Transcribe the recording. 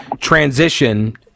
transition